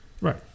Right